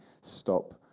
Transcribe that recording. stop